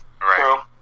right